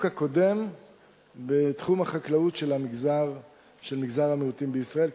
הקודם בתחום החקלאות של מגזר המיעוטים בישראל,